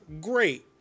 great